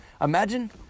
imagine